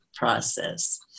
Process